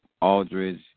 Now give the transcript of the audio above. Aldridge